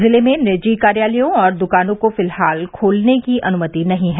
जिले में निजी कार्यालयों और दुकानों को फिलहाल खोलने की अनुमति नहीं है